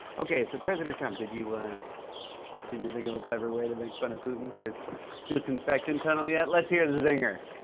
okay, so, president trump, did you, ah did you think of a clever way to make fun of putin for his disinfectant tunnel yet? let's hear the zinger.